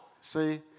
See